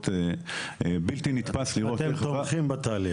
זה בלתי נתפס לראות --- אתם תומכים בתהליך.